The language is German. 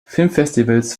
filmfestivals